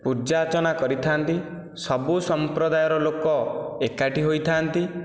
ପୂଜାର୍ଚ୍ଚନା କରିଥାନ୍ତି ସବୁ ସମ୍ପ୍ରଦାୟର ଲୋକ ଏକାଠି ହୋଇଥାନ୍ତି